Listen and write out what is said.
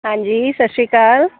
ਹਾਂਜੀ ਸਤਿ ਸ਼੍ਰੀ ਅਕਾਲ